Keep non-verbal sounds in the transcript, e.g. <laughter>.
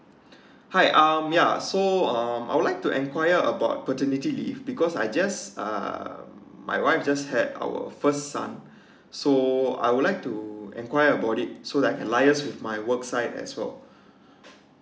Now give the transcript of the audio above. <breath> hi um ya so um I would like to inquire about paternity leave because I just uh my wife just had our first son <breath> so I would like to enquire about it so like liaise with my work side as well <breath>